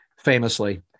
famously